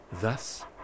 thus